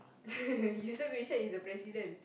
Yusof-Ishak is the president